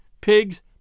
pigs